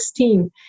2016